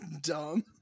dumb